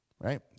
right